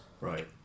Right